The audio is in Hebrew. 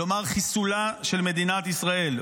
כלומר חיסולה של מדינת ישראל.